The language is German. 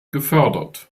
gefördert